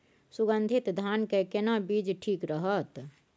सुगन्धित धान के केना बीज ठीक रहत?